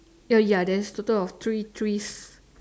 uh ya there is a total of three trees